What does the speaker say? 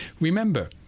Remember